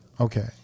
Okay